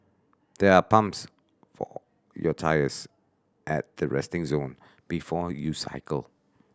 there are pumps for your tyres at the resting zone before you cycle